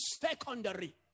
secondary